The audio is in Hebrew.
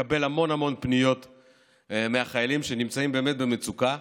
מקבל המון המון פניות מהחיילים שנמצאים באמת במצוקה,